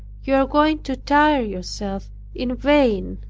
you are going to tire yourself in vain.